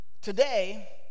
today